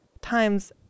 times